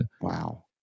Wow